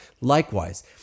likewise